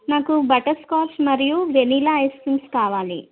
నాకు బటర్స్కాచ్ మరియు vanilla ice creams కావాలి